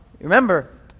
Remember